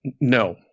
No